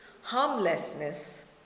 harmlessness